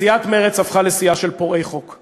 סיעת מרצ הפכה לסיעה של פורעי חוק.